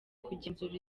kugenzura